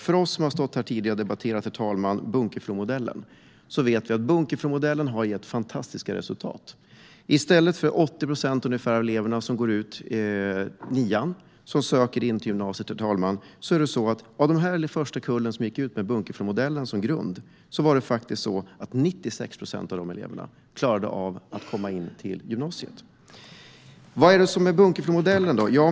Det gäller Bunkeflomodellen. Vi som har debatterat tidigare i dessa frågor vet att Bunkeflomodellen har lett till fantastiska resultat. Normalt är det 80 procent av eleverna som kommer in på gymnasiet. Av den första kullen som gick ut grundskolan med Bunkeflomodellen som grund var det 96 procent av eleverna som kom in på gymnasiet. Vad är Bunkeflomodellen?